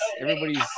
Everybody's